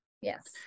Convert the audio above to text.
Yes